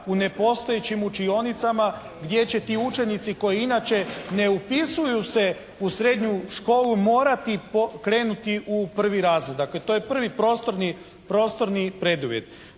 u nepostojećim učionicama gdje će ti učenici koji inače ne upisuju se u srednju školu, morati krenuti u prvi razred. Dakle to je prvi prostorni preduvjet.